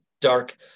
Dark